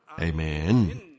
Amen